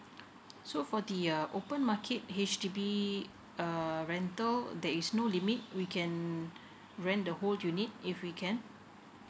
so for the uh open market H_D_B err rental there is no limit we can mm rent the whole unit if we can